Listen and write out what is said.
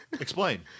Explain